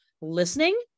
Listening